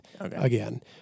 again